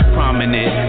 Prominent